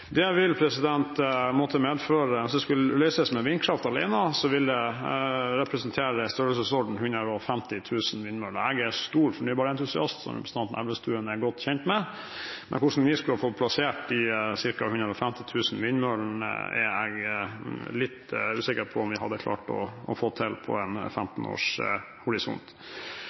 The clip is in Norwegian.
Hvis det skulle løses med vindkraft alene, ville det representere 150 000 vindmøller. Jeg er en stor fornybar-entusiast, som representanten Elvestuen er godt kjent med, men å få plassert de ca. 150 000 vindmøllene, er jeg litt usikker på om vi hadde klart å få til med en tidshorisont på 15